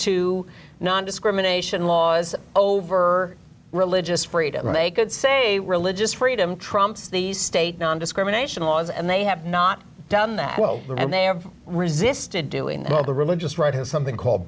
to nondiscrimination laws over religious freedom they could say religious freedom trumps the state nondiscrimination laws and they have not done that well and they have resisted doing all the religious right has something called